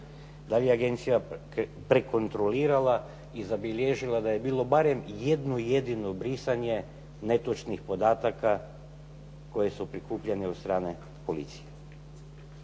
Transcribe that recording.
Da li je agencija prekontrolirala i zabilježila da je bilo barem jedno jedino brisanje netočnih podataka koje su prikupljeni od strane policije?